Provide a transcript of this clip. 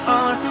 on